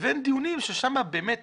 ויש דיונים ששם באמת